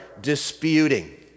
disputing